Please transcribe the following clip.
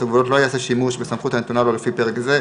הגבולות לא יעשה שימוש בסמכות הנתונה לו לפי פרק זה,